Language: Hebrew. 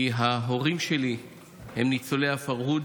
כי ההורים שלי הם ניצולי הפרהוד.